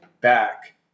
back